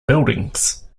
buildings